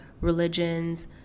religions